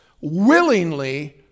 willingly